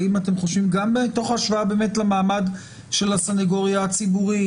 האם אתם חושבים גם מתוך השוואה למעמד של הסנגוריה הציבורית,